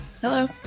Hello